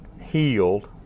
healed